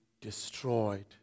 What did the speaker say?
destroyed